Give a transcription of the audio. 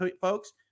folks